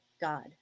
god